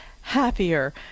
happier